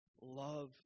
love